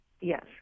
Yes